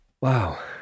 Wow